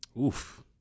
Oof